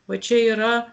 va čia yra